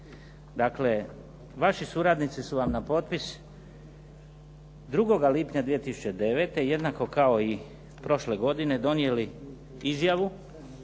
Dakle, vaši suradnici su vam na potpis 2. lipnja 2009. jednako kao i prošle godine donijeli izjavu